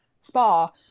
Spa